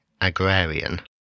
agrarian